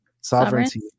sovereignty